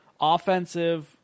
offensive